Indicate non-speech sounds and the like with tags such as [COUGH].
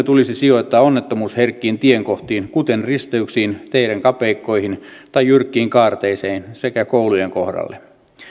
[UNINTELLIGIBLE] tulisi sijoittaa onnettomuusherkkiin tien kohtiin kuten risteyksiin teiden kapeikkoihin tai jyrkkiin kaarteisiin sekä koulujen kohdalle